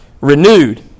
renewed